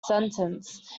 sentence